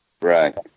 right